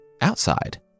Outside